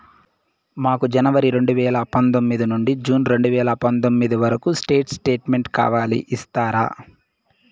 మాకు జనవరి రెండు వేల పందొమ్మిది నుండి జూన్ రెండు వేల పందొమ్మిది వరకు స్టేట్ స్టేట్మెంట్ కావాలి ఇస్తారా